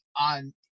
on